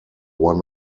one